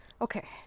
Okay